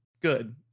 good